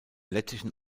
lettischen